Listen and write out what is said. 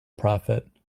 prophet